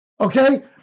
Okay